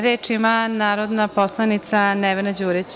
Reč ima narodna poslanica Nevena Đurić.